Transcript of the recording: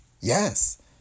Yes